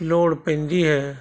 ਲੋੜ ਪੈਂਦੀ ਹੈ